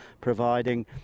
providing